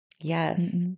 Yes